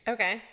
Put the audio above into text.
Okay